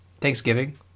Thanksgiving